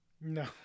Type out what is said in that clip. No